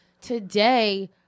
today